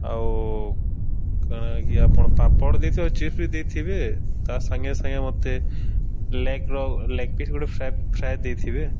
ଆଉ କାଣା କି ଆପଣ ପାପଡ଼୍ ଦେଇଥିବ ଚିପ୍ସ ବି ଦେଇଥିବେ ତା ସାଙ୍ଗେ ସାଙ୍ଗେ ମତେ ଲେଗ୍ ପିସ୍ ଗୋଟେ ଫ୍ରାଏ ଦେଇଥିବେ